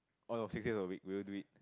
oh no six days a week will you do it